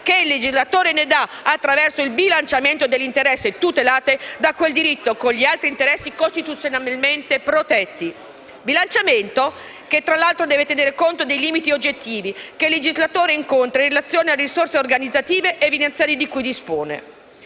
che il legislatore ne dà attraverso il bilanciamento degli interessi tutelati da quel diritto con gli altri interessi costituzionalmente protetti. Il bilanciamento, tra l'altro, deve tener conto dei limiti oggettivi che il legislatore incontra in relazione alle risorse organizzative e finanziarie di cui dispone.